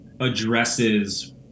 addresses